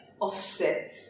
offset